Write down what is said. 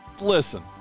listen